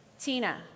Tina